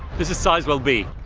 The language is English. this is sizewell b.